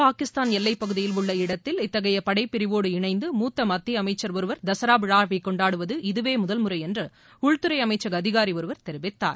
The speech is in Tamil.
பாகிஸ்தான் எல்லைப்பகுதியில் உள்ள இடத்தில் இத்தகைய படைப்பிரிவோடு இணைந்து மூத்த மத்திய அமைச்சர் ஒருவர் தசரா விழாவை கொண்டாடுவது இதுவே முதல் முறை என்று உள்துறை அமைச்சக அதிகாரி ஒருவர் தெரிவித்தார்